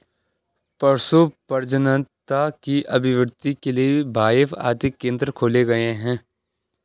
पशु प्रजननता की अभिवृद्धि के लिए बाएफ आदि केंद्र खोले गए हैं